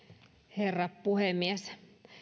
herra puhemies